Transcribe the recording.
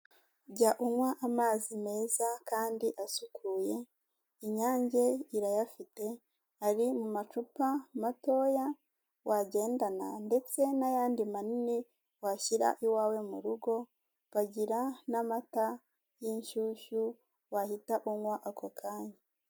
Jya unywa amazi meza kandi asukuye inyange irayafite ari mu macupa matoya wagendana, ndetse n'ayandi manini washyira iwawe mu rugo bagira n'amata y'inshyushyu wahita unywa ako kanya.